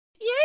Yay